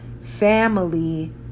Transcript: family